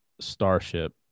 starship